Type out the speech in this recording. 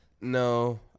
No